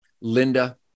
Linda